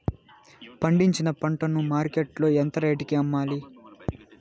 పండించిన పంట ను మార్కెట్ లో ఎంత రేటుకి అమ్మాలి?